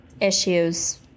Issues